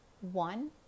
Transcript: one